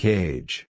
Cage